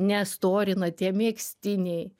nestorina tie megztiniai